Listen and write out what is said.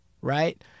right